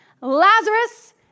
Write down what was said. Lazarus